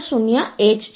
હવે શું જરૂરી છે